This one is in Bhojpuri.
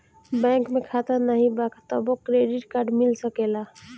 बैंक में खाता नाही बा तबो क्रेडिट कार्ड मिल सकेला?